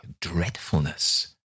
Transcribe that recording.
dreadfulness